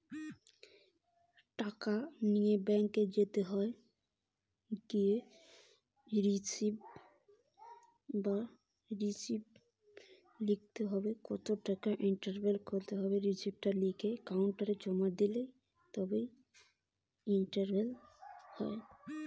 টাকা কি করে ইনভেস্ট করতে হয় ব্যাংক এ?